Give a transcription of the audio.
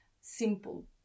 simple